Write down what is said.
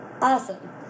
awesome